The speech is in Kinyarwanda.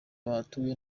bahatuye